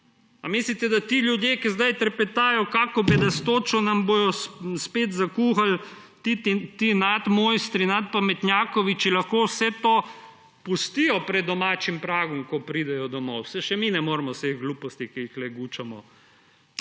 A mislite, da ti ljudje, ki zdaj trepetajo, kakšno bedastočo nam bodo spet zakuhali ti nadmojstri, nadpametnjakoviči, lahko vse to pustijo pred domačim pragom, ko pridejo domov? Saj še mi ne moremo vseh gluposti, ki jih tukaj gučamo,